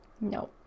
No